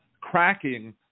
cracking